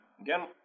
again